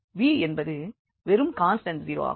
v என்பது வெறும் constant 0 ஆகும்